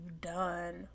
done